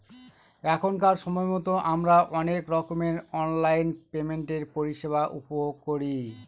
এখনকার সময়তো আমারা অনেক রকমের অনলাইন পেমেন্টের পরিষেবা উপভোগ করি